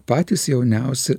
patys jauniausi